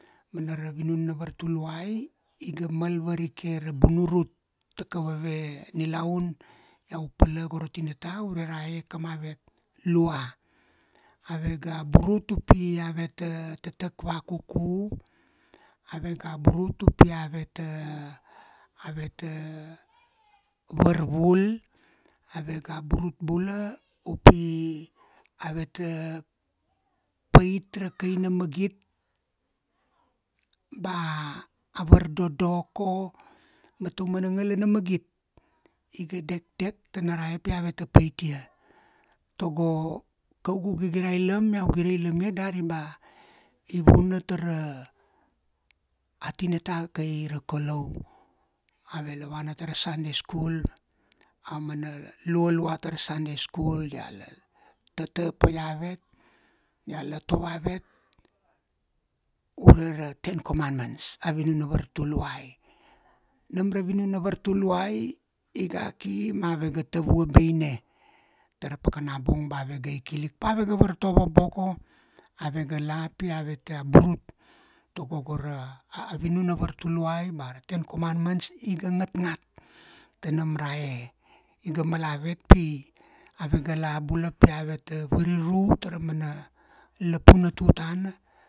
mana ra vinun na vartuluai iga mal varike ra bunurut ta kaveve nilaun, iau pala go ra tinata ta ra tinata ure rae ka mavet lua. Ave ga burut u pi ave ta tatak vakuku, ave ga burut u pi ave ta, ave ta varvul, ave ga burut bula u pi ave ta pait ra kain na magit, ba a vardodoko ma ta umana ngala na magit, iga dekdek ta na rae pi ave ta paitia, tago kaugu gigira ailam, iau gire ilam ia dari ba i vuna ta ra a tinata kai ra Kalau. Ave la vana ta ra Sunday school a mana lualua ta ra Sunday school dia la tata pa ia avet, dia la tovo avet, ure ra ten commandments, a vinun na vartuluai. Nam ra vinun na vartuluai iga ki ma ave ga tavua baine, ta ra pakana bung ba ave ga i kilik pa ave ga vartovo boko, ave ga la pi ave ta burut, tago go ra a vinun na vartuluai ba ra ten commandments iga ngat ngat ta nam rae. Iga mal avet pi ave ga la bula pi ave ta variru ta ra mana lapun na tutana